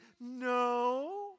No